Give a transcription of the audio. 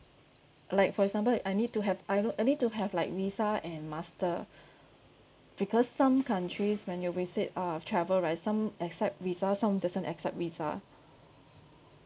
like for example I need to have I lo~ I need to have like Visa and master because some countries when you visit uh travel right some accept Visa some doesn't accept Visa